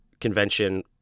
convention